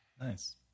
Nice